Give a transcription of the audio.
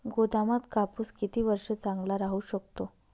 गोदामात कापूस किती वर्ष चांगला राहू शकतो?